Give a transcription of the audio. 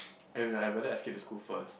and I better escape the school first